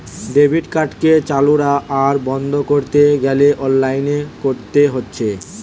debit কার্ডকে চালু আর বন্ধ কোরতে গ্যালে অনলাইনে কোরতে হচ্ছে